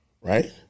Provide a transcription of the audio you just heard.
right